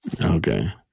Okay